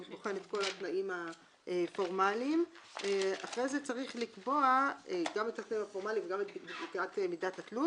בוחן את כל התנאים הפורמליים וגם את בדיקת מידת התלות